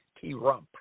T-Rump